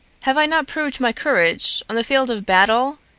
have i not proved my courage on the field of battle?